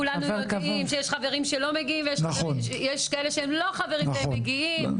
כולנו יודעים שיש חברים שלא מגיעים ויש כאלה שהם לא חברים והם מגיעים,